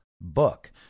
book